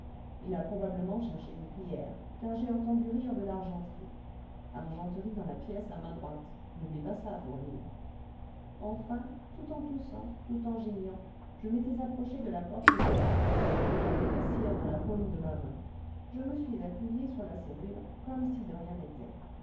il a probablement cherché une cuiller car j'ai entendu rire de l'argenterie argenterie dans la pièce à main droite n'oublie pas ça fourline enfin tout en toussant tout en geignant je m'étais approchée de la porte du fond j'avais ma cire dans la paume de ma main je me suis appuyée sur la serrure comme si de rien n'était